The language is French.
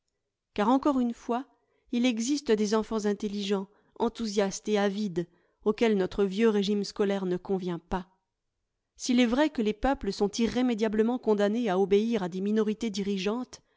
car encore une fois il existe des enfants intelligents enthousiastes et avides auquel notre vieux régime scolaire ne convient pas s'il est vrai que les peuples sont irrémédiablement condamnés à obéir à des minorités dirigeantes